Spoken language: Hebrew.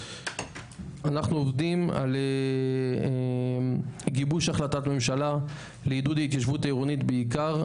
אנחנו עובדים על גיבוש החלטת ממשלה לעידוד ההתיישבות העירונית בעיקר,